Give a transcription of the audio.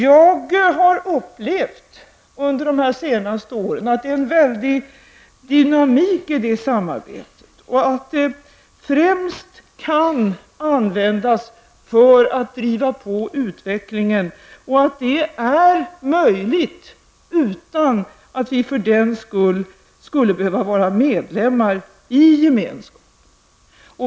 Jag har under de senaste åren upplevt att det finns en väldig dynamik i detta samarbete. Den kan främst användas för att driva på utvecklingen, och det är möjligt utan att vi för den skull behöver vara medlemmar i Europeiska gemenskapen.